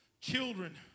children